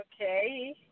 okay